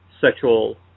sexual